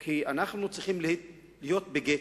כי אנחנו צריכים להיות בגטו,